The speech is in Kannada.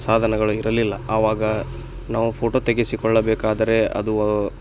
ಸಾಧನಗಳು ಇರಲಿಲ್ಲ ಆವಾಗ ನಾವು ಫೋಟೋ ತೆಗೆಸಿಕೊಳ್ಳಬೇಕಾದರೆ ಅದು